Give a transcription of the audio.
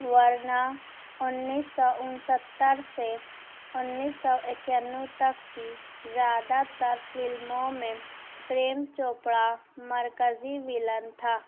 ورنہ انیس سو انہتر سے انیس سو اکیانوے تک تک کی زیادہ تر فلموں میں پریم چوپڑا مرکزی ولن تھا